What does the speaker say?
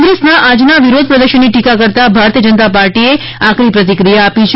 કોંગ્રેસના આજના વિરોધ પ્રદર્શનની ટીકા કરતા ભારતીય જનતા પાર્ટીએ આકરી પ્રતિક્રિયા આપી છે